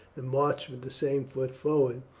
and marched with the same foot forward,